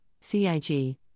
CIG